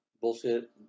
bullshit